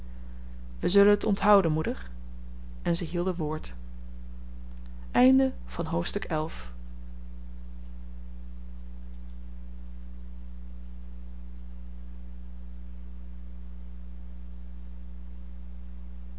wij zullen het onthouden moeder en ze hielden woord hoofdstuk